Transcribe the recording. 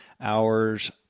hours